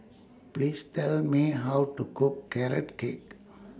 Please Tell Me How to Cook Carrot Cake